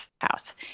house